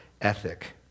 ethic